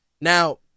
Now